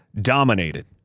dominated